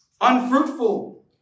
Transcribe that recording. unfruitful